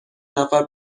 نفر